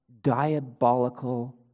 diabolical